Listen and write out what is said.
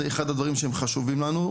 זה אחד הדברים שהם חשובים לנו,